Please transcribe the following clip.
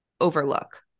overlook